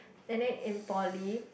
and then in Poly